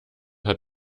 hat